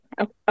Okay